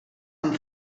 amb